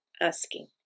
asking